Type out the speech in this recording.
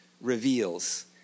reveals